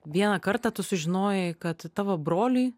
vieną kartą tu sužinojai kad tavo broliui